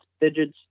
digits